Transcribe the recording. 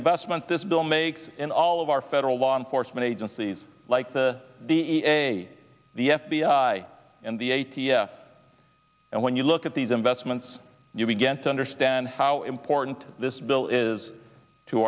investment this bill makes in all of our federal law enforcement agencies like the d a the f b i and the a t f and when you look at these investments you begin to understand how important this bill is to